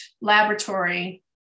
laboratory